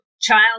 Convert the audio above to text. child